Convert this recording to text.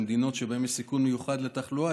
במדינות שבהן יש סיכון מיוחד לתחלואה,